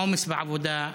עומס בעבודה,